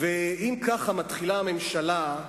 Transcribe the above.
אם ככה מתחילה הממשלה,